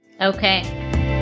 Okay